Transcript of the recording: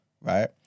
right